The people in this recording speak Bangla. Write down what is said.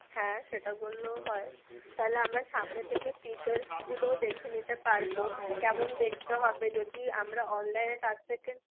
হ্যাঁ সেটা করলেও হয় তাহলে আমরা সামনে থেকে ফিচারসগুলো দেখে নিতে পারবো কেমন দেখতে হবে যদি আমরা অনলাইনে তার থেকে